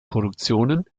produktionen